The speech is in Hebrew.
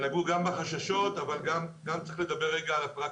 בחששות אבל צריך לדבר על הפרקטיקות.